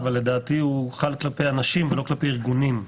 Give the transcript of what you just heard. לדעתי הוא חל כלפי אנשים ולא כלפי ארגונים.